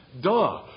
Duh